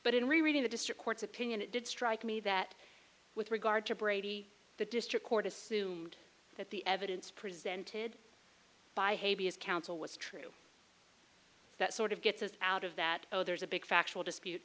but in rereading the district court's opinion it did strike me that with regard to brady the district court assumed that the evidence presented by havey his counsel was true that sort of gets us out of that oh there's a big factual dispute